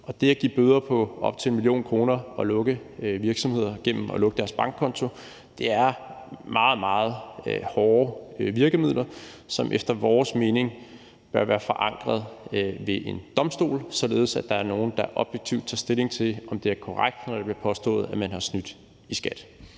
Det at give bøder på op til 1 mio. kr. og lukke virksomheder gennem at lukke deres bankkonto er meget, meget hårde virkemidler, som efter vores mening bør være forankret ved en domstol, således at der er nogen, der objektivt tager stilling til, om det er korrekt, når det bliver påstået, at man har snydt i skat.